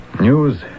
News